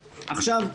עכשיו,